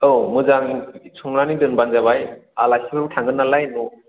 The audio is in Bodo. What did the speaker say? औ मोजां संनानै दोनबानो जाबाय आलासिफोरबो थांगोन नालाय